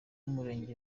w’umurenge